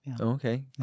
Okay